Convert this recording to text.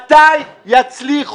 גפני, אני מבקשת ממך שתאשר את הרוויזיה.